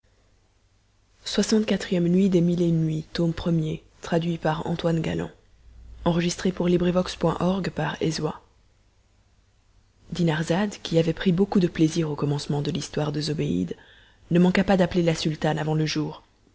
nuit dinarzade qui avait pris beaucoup de plaisir au commencement de l'histoire de zobéide ne manqua pas d'appeler la sultane avant le jour